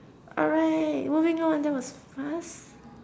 alright moving on that was fast